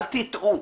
אל תטעו.